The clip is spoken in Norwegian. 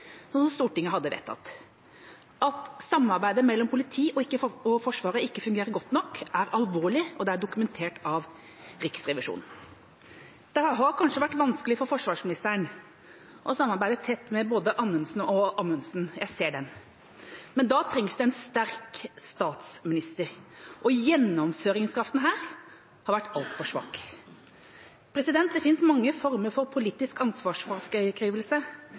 som Stortinget hadde vedtatt. At samarbeidet mellom politiet og Forsvaret ikke fungerte godt nok, er alvorlig, og det er dokumentert av Riksrevisjonen. Det har kanskje vært vanskelig for forsvarsministeren å samarbeide tett med både tidligere statsråd Anundsen og nåværende statsråd Amundsen – jeg ser den. Men da trengs det en sterk statsminister. Og gjennomføringskraften her har vært altfor svak. Det finnes mange former for politisk ansvarsfraskrivelse.